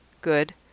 Good